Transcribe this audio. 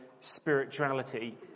spirituality